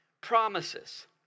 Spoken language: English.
promises